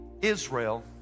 Israel